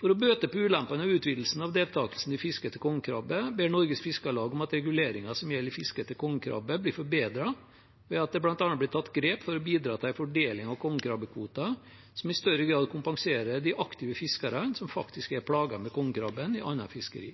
For å bøte på ulempene ved utvidelsen av deltakelsen i fiske etter kongekrabbe ber Norges Fiskarlag om at reguleringen som gjelder fiske etter kongekrabbe, blir forbedret ved at det bl.a. blir tatt grep for å bidra til en fordeling av kongekrabbekvoten som i større grad kompenserer de aktive fiskerne som faktisk er plaget med kongekrabben i annet fiskeri.